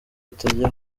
atajya